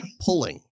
pulling